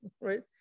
right